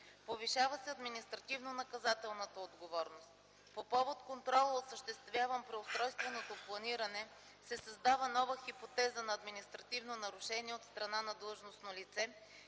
Повишава се административнонаказателната отговорност. По повод контрола, осъществяван при устройственото планиране, се създава нова хипотеза на административно нарушение от страна на длъжностно лице,